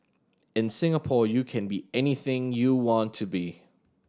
in Singapore you can be anything you want to be